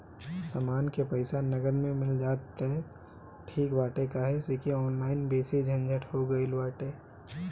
समान के पईसा नगद में मिल जाई त ठीक बाटे काहे से की ऑनलाइन बेसी झंझट हो गईल बाटे